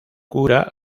cura